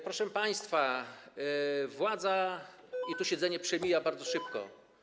Proszę państwa, władza i siedzenie tu przemijają bardzo szybko.